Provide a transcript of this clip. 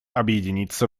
объединиться